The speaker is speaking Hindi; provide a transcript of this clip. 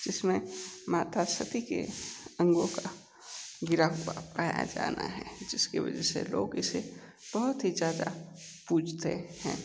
जिसमें माता सती के अंगों का गिरा हुआ पाया जाना है जिसकी वजह से लोग इसे बहुत ही ज़्यादा पूजते हैं